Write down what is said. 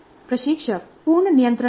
प्रशिक्षक पूर्ण नियंत्रण में है